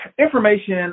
information